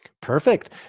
Perfect